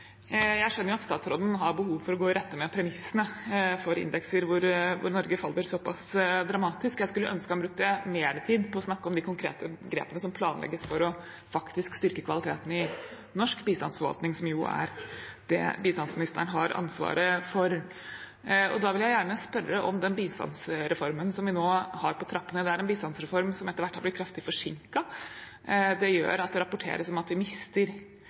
å gå i rette med premissene for indekser hvor Norge faller såpass dramatisk. Jeg skulle ønske han brukte mer tid på å snakke om de konkrete grepene som planlegges for faktisk å styrke kvaliteten i norsk bistandsforvaltning, som jo er det bistandsministeren har ansvaret for. Da vil jeg gjerne spørre om den bistandsreformen som vi nå har på trappene. Det er en bistandsreform som etter hvert har blitt kraftig forsinket. Det gjør at det rapporteres om at vi mister viktig nøkkelpersonell i Norad. Det er også usikkerhet rundt viljen til å bruke outsourcing som